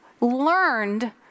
learned